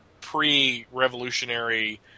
pre-revolutionary